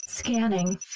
Scanning